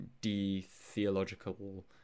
de-theological